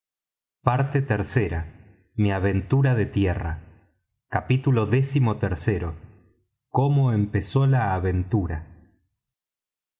parte iii mi aventura de tierra capítulo xiii cómo empezó la aventura